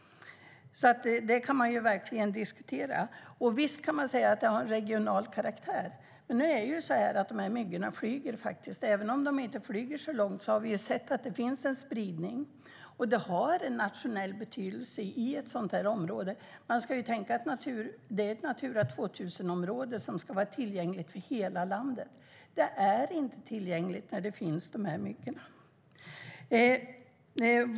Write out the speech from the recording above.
Detta kan man verkligen diskutera. Visst kan man säga att det har en regional karaktär, men myggor flyger faktiskt. Även om de inte flyger så långt har vi sett att det finns en spridning. Ett sådant här område har en nationell betydelse. Det är ett Natura 2000-område, som ska vara tillgängligt för hela landet. Det är inte tillgängligt när dessa myggor finns.